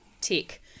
tick